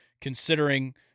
considering